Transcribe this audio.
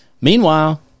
Meanwhile